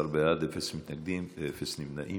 14 בעד, אפס מתנגדים ואפס נמנעים.